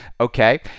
Okay